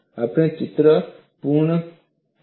આપણે ચિત્ર પૂર્ણ કરીશું